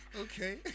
Okay